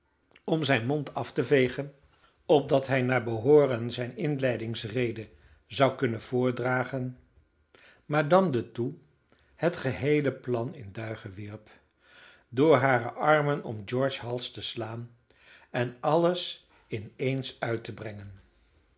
om zijn mond af te vegen opdat hij naar behooren zijne inleidingsrede zou kunnen voordragen madame de thoux het geheele plan in duigen wierp door hare armen om george's hals te slaan en alles in eens uit te brengen